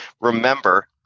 remember